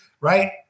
right